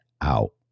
out